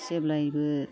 जेब्लायबो